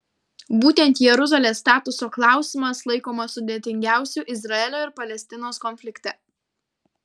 būtent jeruzalės statuso klausimas laikomas sudėtingiausiu izraelio ir palestinos konflikte